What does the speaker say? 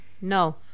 No